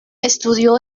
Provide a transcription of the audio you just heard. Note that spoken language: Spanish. estudió